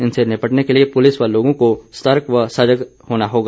इनसे निपटने के लिए पुलिस व लोगों को सतर्क व सजग होना होगा